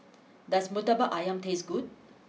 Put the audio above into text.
does Murtabak Ayam taste good